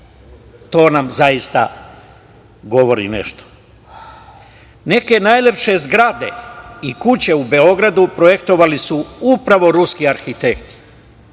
To nam, zaista, govori nešto. Neke najlepše zgrade i kuće u Beogradu projektovali su upravo ruski arhitekti.